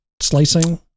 slicing